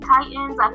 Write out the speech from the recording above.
Titans